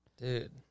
Dude